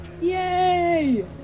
Yay